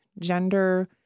gender